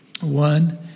one